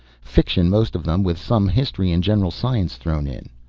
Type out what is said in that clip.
fiction most of them, with some history and general science thrown in.